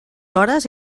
hores